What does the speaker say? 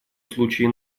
случае